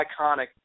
iconic